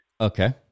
Okay